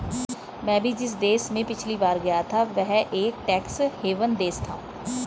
मैं भी जिस देश में पिछली बार गया था वह एक टैक्स हेवन देश था